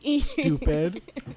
Stupid